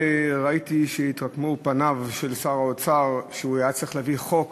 ראיתי שהתעקמו פניו של שר האוצר כשהוא היה צריך להביא חוק